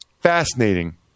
Fascinating